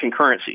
concurrency